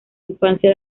infancia